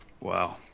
Wow